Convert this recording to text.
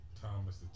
Thomas